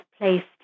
placed